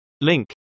link